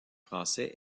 français